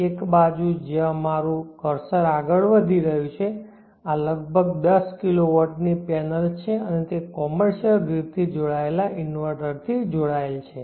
એક ડાબી બાજુ જ્યાં મારું કર્સર આગળ વધી રહ્યું છે આ લગભગ 10 kW ની પેનલ્સ છે અને તે કોમર્શિયલગ્રીડથી જોડાયેલ ઇન્વર્ટરથી જોડાયેલ છે